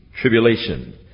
tribulation